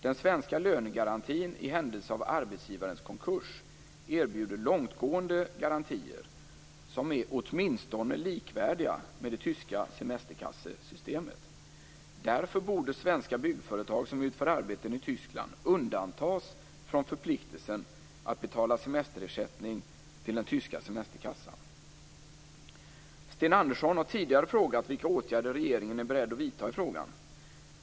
Den svenska lönegarantin i händelse av arbetsgivarens konkurs erbjuder långtgående garantier som är åtminstone likvärdiga med det tyska semesterkassesystemet. Därför borde svenska byggföretag som utför arbeten i Tyskland undantas från förpliktelsen att betala semesterersättning till den tyska semesterkassan. Sten Andersson har tidigare frågat vilka åtgärder regeringen är beredd att vidta i frågan .